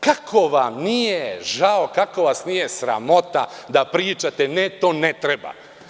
Kako vam nije žao i kako vas nije sramota da pričate – ne, to ne treba?